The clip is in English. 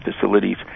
facilities